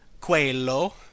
quello